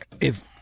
if-